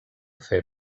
fer